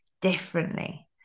differently